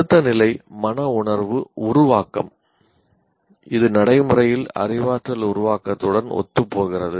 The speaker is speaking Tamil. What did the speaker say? அடுத்த நிலை மனவுணர்வு உருவாக்கம் இது நடைமுறையில் அறிவாற்றல் உருவாக்கத்துடன் ஒத்துப்போகிறது